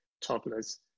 toddlers